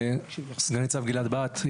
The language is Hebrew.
סגן ניצב גלעד בהט,